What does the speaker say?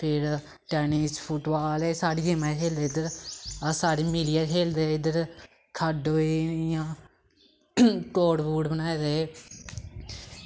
फिर tennis football एह् सारी गेमां खेलदे इद्धर अस सारी मिलियै खेलदे इद्धर खड्ड होई गेई जियां कोर्ट कूर्ट बनाए दे